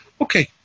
Okay